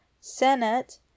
Senate